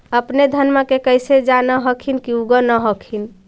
अपने धनमा के कैसे जान हखिन की उगा न हखिन?